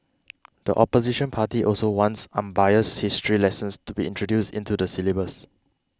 the opposition party also wants unbiased history lessons to be introduced into the syllabus